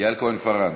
יעל כהן-פארן.